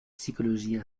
psychologie